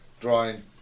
drawing